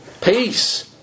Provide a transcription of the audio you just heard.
Peace